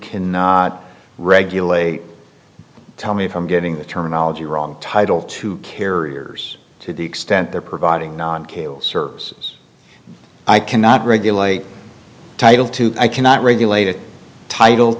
cannot regulate tell me from getting the terminology wrong title two carriers to the extent they're providing non cable services i cannot regulate title two i cannot regulate a title